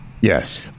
Yes